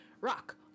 Rock